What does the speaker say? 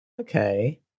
Okay